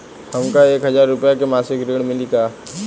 हमका एक हज़ार रूपया के मासिक ऋण मिली का?